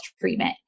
treatment